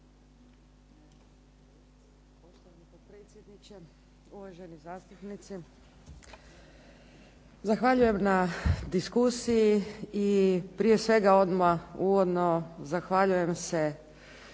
Zahvaljujem na diskusiji i prije svega uvodno zahvaljujem se